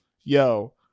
yo